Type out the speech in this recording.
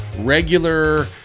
regular